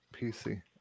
PC